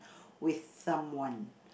with someone